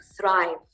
thrive